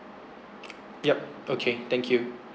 yup okay thank you